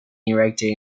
erected